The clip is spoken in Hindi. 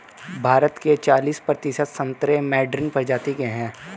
भारत के चालिस प्रतिशत संतरे मैडरीन प्रजाति के हैं